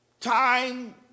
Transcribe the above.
Time